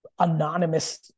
anonymous